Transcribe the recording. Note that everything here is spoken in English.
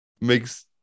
makes